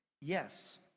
Yes